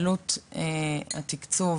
עלות הביצוע